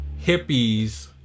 hippies